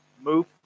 move